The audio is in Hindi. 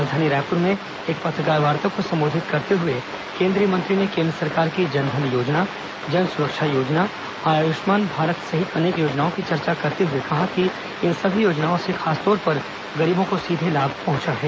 राजधानी रायपुर में एक पत्रकारवार्ता को संबोधित करते हुए केंद्रीय मंत्री ने केंद्र सरकार की जन धन योजना जन सुरक्षा योजना और आयुष्मान भारत सहित अनेक योजनाओं की चर्चा करते हुए कहा कि इन सभी योजनाओं से खासतौर पर गरीबों को सीधे लाभ पहुंचा है